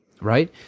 right